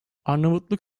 arnavutluk